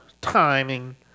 timing